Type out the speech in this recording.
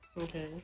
Okay